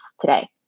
today